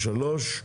התשפ"ג-2023.